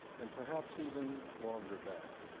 and perhaps even longer back.